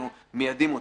אנחנו מיידעים אותם.